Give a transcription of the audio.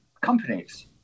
companies